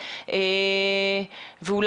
הם אנשים